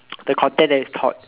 the content that is taught